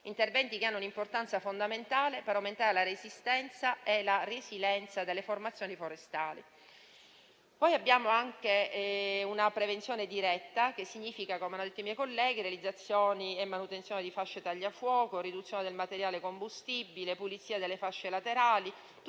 sottobosco, che hanno un'importanza fondamentale per aumentare la resistenza e la resilienza delle formazioni forestali. Abbiamo poi anche una prevenzione diretta, che significa - come hanno detto i miei colleghi - realizzazione e manutenzione di fasce tagliafuoco, riduzione del materiale combustibile e pulizia delle fasce laterali,